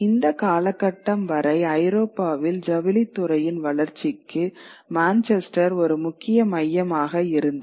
இந்த காலகட்டம் வரை ஐரோப்பாவில் ஜவுளித் துறையின் வளர்ச்சிக்கு மான்செஸ்டர் ஒரு முக்கிய மையமாக இருந்தது